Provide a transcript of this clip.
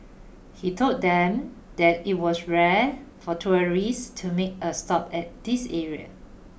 he told them that it was rare for tourists to make a stop at this area